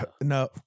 No